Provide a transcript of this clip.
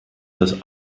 das